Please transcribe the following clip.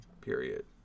Period